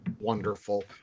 Wonderful